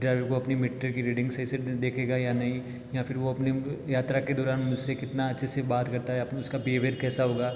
driver को अपने meter की रीडिंग से सिर्फ़ देखेगा या नहीं या फिर वो अपने यात्रा के दौरान उससे कितना अच्छे से बात करता है या फिर उसका बिहेवियर कैसा होगा